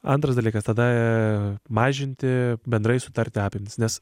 antras dalykas tada mažinti bendrai sutarti apimtis nes